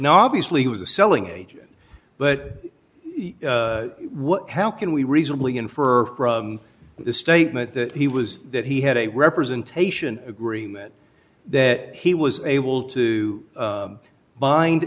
now obviously he was a selling agent but what how can we reasonably infer from this statement that he was that he had a representation agreement that he was able to bind